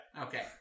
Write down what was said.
Okay